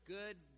good